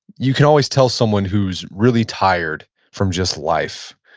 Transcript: you can always tell someone who's really tired from just life,